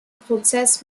prozess